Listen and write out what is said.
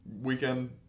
weekend